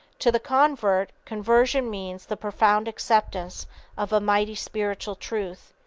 to the convert, conversion means the profound acceptance of a mighty spiritual truth.